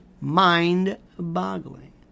mind-boggling